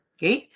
Okay